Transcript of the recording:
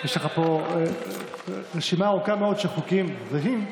יש לך פה רשימה ארוכה מאוד של חוקים זהים.